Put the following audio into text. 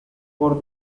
for